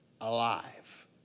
alive